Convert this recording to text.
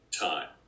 time